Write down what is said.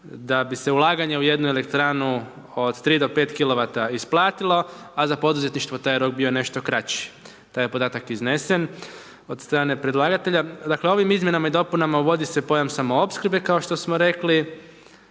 da bi se ulaganja u jednu elektranu od 3-5 kilovata isplatilo, a za poduzetništvo taj rok je bio nešto kraći. Taj je podatak iznesen, od strane predlagatelja. Dakle, ovim izmjenama i dopunama uvodi se pojam samoopskrbe kao što smo rekli,